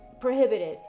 prohibited